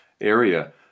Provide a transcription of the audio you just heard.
area